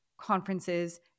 conferences